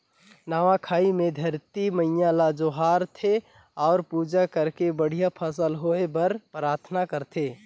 नवा खाई मे धरती मईयां ल जोहार थे अउ पूजा करके बड़िहा फसल होए बर पराथना करथे